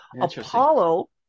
Apollo